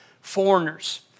foreigners